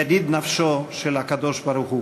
ידיד נפשו של הקדוש-ברוך-הוא.